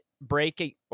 breaking